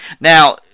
Now